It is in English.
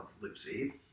Lucy